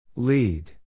Lead